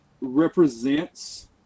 represents